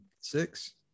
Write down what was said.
six